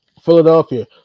Philadelphia